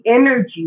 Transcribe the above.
energy